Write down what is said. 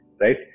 right